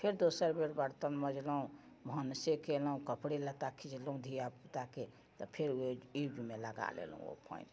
फेर दोसर बेर बर्तन मँजलहुँ भानसे केलहुँ कपड़े लत्ता खीचलहुँ धिया पूताके तऽ फेर ई मे लगा लेलहुँ ओ पानि